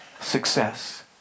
success